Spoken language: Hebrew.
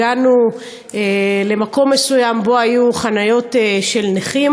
הגענו למקום מסוים שהיו בו חניות נכים.